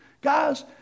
Guys